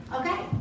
Okay